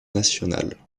nationale